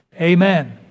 Amen